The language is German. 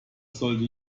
sollte